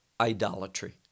idolatry